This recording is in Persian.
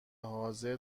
حاضر